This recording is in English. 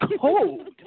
cold